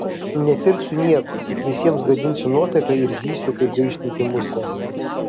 nepirksiu nieko tik visiems gadinsiu nuotaiką ir zysiu kaip gaištanti musė